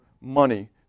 money